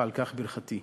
ועל כך ברכתי.